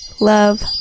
love